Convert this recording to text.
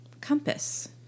compass